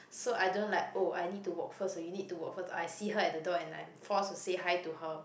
so I don't like oh I need to walk first or you need to walk first or I see her at the door and I'm forced to say hi to her